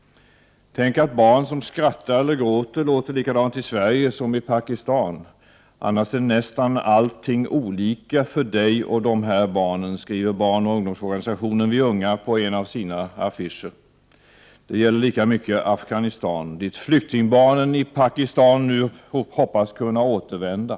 ”Tänk att barn som skrattar eller gråter låter likadant i Sverige som i Pakistan. ...Annars är nästan allting olika för dej och dom här barnen”, skriver barnoch ungdomsorganisationen Vi Unga på en av sina affischer. Det gäller lika mycket Afghanistan, dit flyktingbarnen i Pakistan nu hoppas kunna återvända.